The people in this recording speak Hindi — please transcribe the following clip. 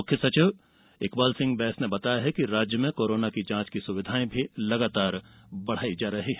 मुख्य सचिव इकबाल सिंह बैस ने बताया है कि राज्य में कोरोना की जांच की सुविधाएँ भी लगातार बढ़ाई जा रही है